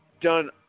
done